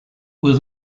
was